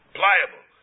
pliable